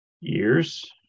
Years